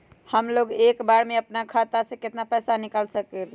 हमलोग एक बार में अपना खाता से केतना पैसा निकाल सकेला?